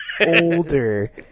older